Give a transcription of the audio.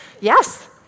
Yes